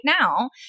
now